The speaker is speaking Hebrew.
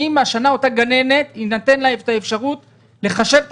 האם השנה יינתן לאותה גננת לחשב את